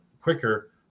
quicker